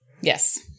Yes